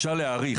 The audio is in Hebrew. אפשר רק להעריך.